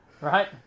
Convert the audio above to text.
right